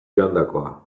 joandakoa